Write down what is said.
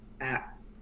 app